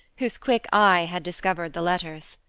whose quick eye had discovered the letters.